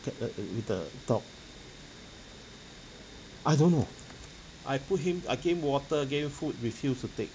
the uh uh with the dog I don't know I put him I gave him water gave him food refused to take